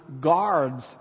guards